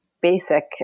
basic